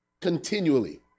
continually